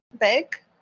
big